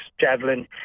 javelin